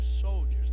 soldiers